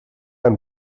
ein